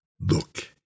Look